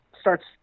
starts